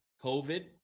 COVID